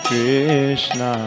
Krishna